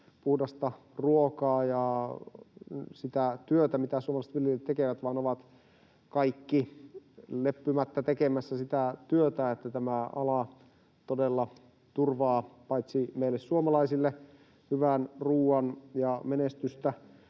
puhdasta ruokaa ja sitä työtä, mitä suomalaiset viljelijät tekevät, vaan on leppymättä tekemässä sitä työtä, että tämä ala todella paitsi turvaa meille suomalaisille hyvän ruoan ja menestystä